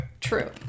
true